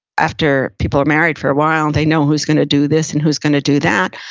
after people are married for a while, they know who's gonna do this and who's gonna do that.